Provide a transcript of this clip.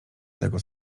tego